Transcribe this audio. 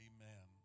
Amen